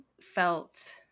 felt